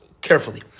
carefully